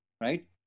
right